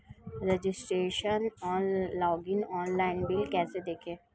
Registration login online bill कैसे देखें?